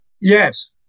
Yes